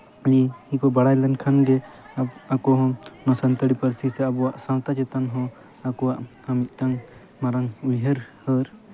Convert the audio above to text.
ᱤᱧ ᱱᱚᱝᱠᱟ ᱵᱟᱲᱟᱭ ᱞᱮᱱᱠᱷᱟᱱᱜᱮ ᱟᱠᱚ ᱦᱚᱸ ᱥᱟᱱᱛᱟᱲᱤ ᱯᱟᱹᱨᱥᱤ ᱥᱮ ᱟᱵᱚᱣᱟᱜ ᱥᱟᱶᱛᱟ ᱪᱮᱛᱟᱱ ᱦᱚᱸ ᱟᱠᱚᱣᱟᱜ ᱢᱤᱫᱴᱟᱱ ᱢᱟᱨᱟᱝ ᱩᱭᱦᱟᱹᱨ